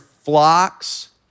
flocks